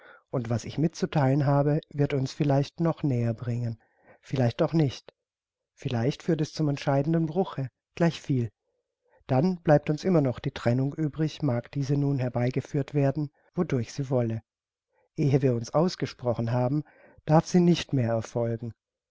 und was ich mitzutheilen habe wird uns vielleicht noch näher bringen vielleicht auch nicht vielleicht führt es zum entschiedenen bruche gleichviel dann bleibt uns immer noch die trennung übrig mag diese nun herbeigeführt werden wodurch sie wolle ehe wir uns ausgesprochen haben darf sie nicht mehr erfolgen